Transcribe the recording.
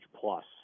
plus